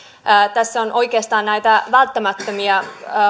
tässä on oikeastaan näitä välttämättömiä